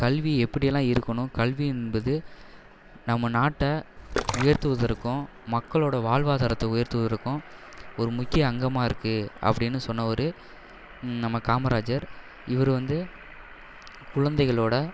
கல்வி எப்படி எல்லாம் இருக்கணும் கல்வி என்பது நம்ம நாட்டை உயர்த்துவதற்கும் மக்களோட வாழ்வாதாரத்தை உயர்த்துவதற்கும் ஒரு முக்கிய அங்கமாக இருக்கு அப்படினு சொன்னவர் நம்ம காமராஜர் இவர் வந்து குழந்தைகளோட